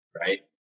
right